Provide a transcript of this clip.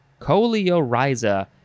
Coleoriza